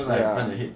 ya